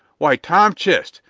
why, tom chist!